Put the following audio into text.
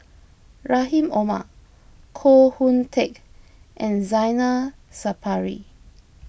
Rahim Omar Koh Hoon Teck and Zainal Sapari